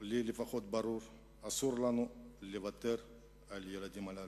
לנו לוותר על הילדים הללו.